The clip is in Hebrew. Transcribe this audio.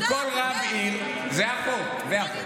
כל רב עיר, זה החוק, זה החוק.